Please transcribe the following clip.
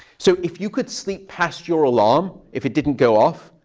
so if you could sleep past your alarm, if it didn't go off,